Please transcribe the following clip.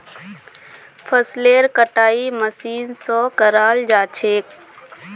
फसलेर कटाई मशीन स कराल जा छेक